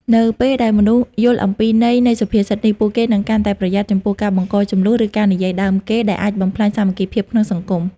នៅពេលដែលមនុស្សយល់អំពីន័យនៃសុភាសិតនេះ ពួកគេនឹងកាន់តែប្រយ័ត្នចំពោះការបង្កជម្លោះ ឬការនិយាយដើមគេ ដែលអាចបំផ្លាញសាមគ្គីភាពក្នុងសង្គម។